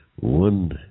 one